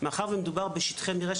מאחר ומדובר בשטחי מרעה,